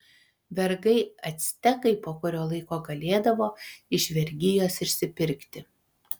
vergai actekai po kurio laiko galėdavo iš vergijos išsipirkti